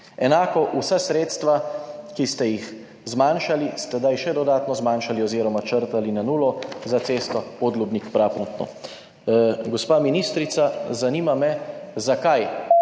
enako vsa sredstva, ki ste jih sedaj še dodatno zmanjšali oziroma črtali na nulo za cesto Podlubnik–Praprotno. Gospa ministrica, zanima me: Zakaj